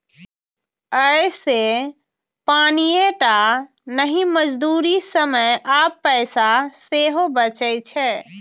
अय से पानिये टा नहि, मजदूरी, समय आ पैसा सेहो बचै छै